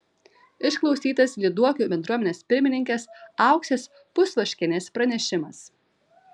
išklausytas lyduokių bendruomenės pirmininkės auksės pusvaškienės pranešimas